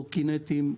קורקינטים,